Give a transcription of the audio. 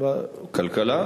כלכלה.